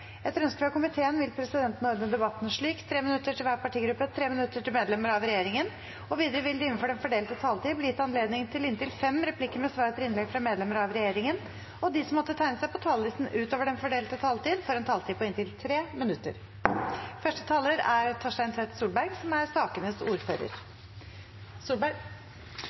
Etter ønske fra utdannings- og forskningskomiteen vil presidenten ordne debatten slik: 3 minutter til hver partigruppe og 3 minutter til medlemmer av regjeringen. Videre vil det – innenfor den fordelte taletid – bli gitt anledning til inntil fem replikker med svar etter innlegg fra medlemmer av regjeringen, og de som måtte tegne seg på talerlisten utover den fordelte taletid, får også en taletid på inntil 3 minutter. Som